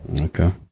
Okay